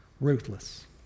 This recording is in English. ruthless